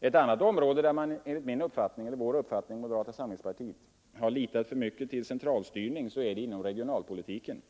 Ett annat område där man enligt min och moderata samlingspartiets uppfattning har litat för mycket till centralstyrning är regionalpolitiken.